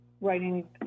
writing